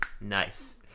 nice